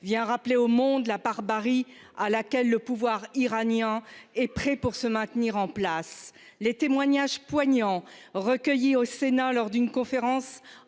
vient rappeler au monde la barbarie à laquelle le pouvoir iranien est prêt pour se maintenir en place les témoignages poignants recueillis au Sénat lors d'une conférence